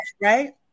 right